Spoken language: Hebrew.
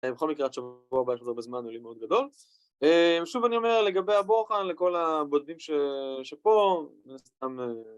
אה... בכל מקרה שבוע הבא בואו בזמן, הוא לימוד גדול. ושוב אני אומר לגבי הבוחן לכל הבודדים שפה